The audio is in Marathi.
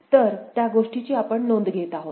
तर त्या गोष्टीची आपण नोंद घेत आहोत